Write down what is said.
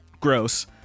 Gross